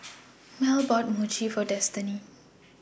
Mell bought Mochi For Destiny